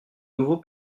nouveau